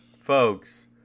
Folks